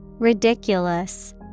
ridiculous